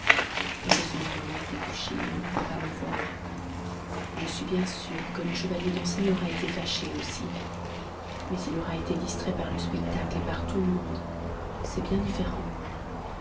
heureusement maman était couchée ne pouvait pas me voir je suis sûre que le chevalier danceny aura été fâché aussi mais il aura été distrait par le spectacle par tout le monde c'est bien différent